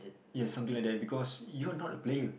ya something like that because you not a player